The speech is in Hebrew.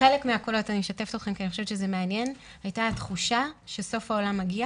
חלק מהקולות הייתה התחושה שסוף העולם מגיע